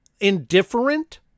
Indifferent